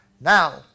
Now